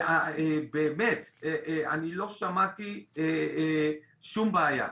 ובאמת אני לא שמעתי שום בעיה.